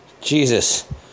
Jesus